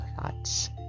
thoughts